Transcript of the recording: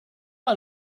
man